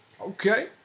Okay